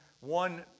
one